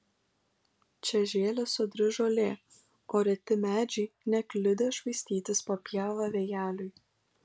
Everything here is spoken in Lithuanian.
čia žėlė sodri žolė o reti medžiai nekliudė švaistytis po pievą vėjeliui